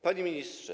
Panie Ministrze!